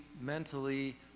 mentally